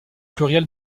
pluriel